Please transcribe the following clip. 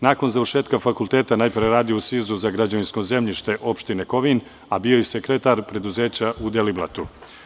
Nakon završetka fakulteta najpre je radio u SIZ za građevinsko zemljište opštine Kovin, a bio je i sekretar preduzeća u Deliblatu.